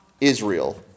Israel